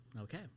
Okay